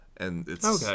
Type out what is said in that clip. Okay